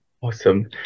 Awesome